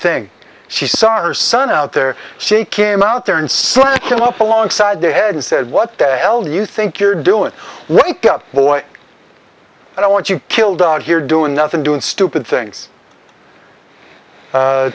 thing she saw her son out there she came out there and slacken up alongside the head and said what the hell do you think you're doing light up boy and i want you killed out here doing nothing doing stupid things